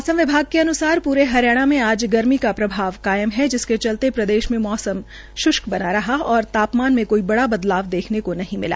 मौसम विभाग के अन्सार पूरे हरियाणा में आज गर्मी का प्रभाव कायम है जिसके चलते प्रदेश में मौसम श्ष्क बना रहा और तापमान में कोई बड़ा बदलाव देख्ने को नहीं मिला